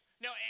No